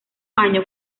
año